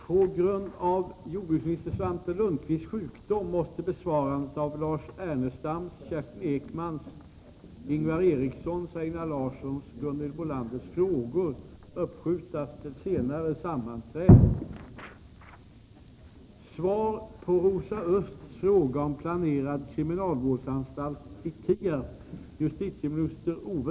På grund av jordbruksminister Svante Lundkvists sjukdom måste besvarandet av Lars Ernestams, Kerstin Ekmans, Ingvar Erikssons, Einar Larssons och Gunhild Bolanders frågor uppskjutas till ett senare sammanträde.